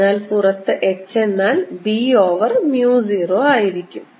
അതിനാൽ പുറത്ത് H എന്നാൽ B ഓവർ mu 0 ആയിരിക്കും